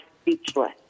speechless